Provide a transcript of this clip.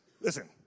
Listen